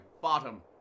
bottom